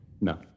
No